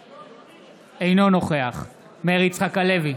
אינו נוכח מאיר יצחק הלוי,